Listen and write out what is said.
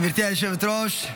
גברתי היושבת-ראש,